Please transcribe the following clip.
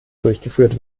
durchgeführt